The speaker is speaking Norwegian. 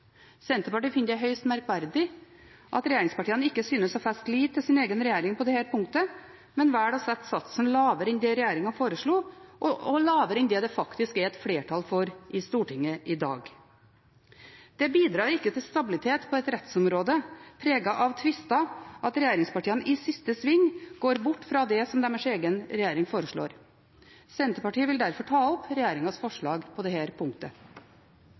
Senterpartiet finner det høyst merkverdig at regjeringspartiene ikke synes å feste lit til sin egen regjering på dette punktet, men velger å sette satsen lavere enn det regjeringen foreslo, og lavere enn det det faktisk er et flertall for i Stortinget i dag. Det bidrar ikke til stabilitet på et rettsområde preget av tvister at regjeringspartiene i siste sving går bort fra det som deres egen regjering foreslår. Senterpartiet vil derfor ta opp regjeringens forslag på dette punktet.